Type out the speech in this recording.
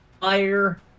fire